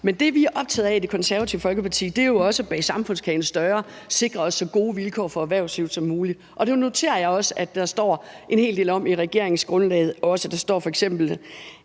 Men det, vi er optaget af i Det Konservative Folkeparti, er jo også at bage samfundskagen større, sikre os så gode vilkår for erhvervslivet som muligt, og det noterer jeg mig også at der står en hel del om i regeringsgrundlaget. Der står f.eks.,